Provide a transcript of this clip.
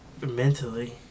Mentally